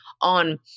on